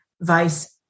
vice